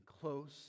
close